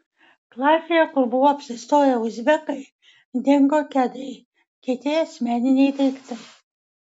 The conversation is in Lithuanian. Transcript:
klasėje kur buvo apsistoję uzbekai dingo kedai kiti asmeniniai daiktai